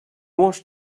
washed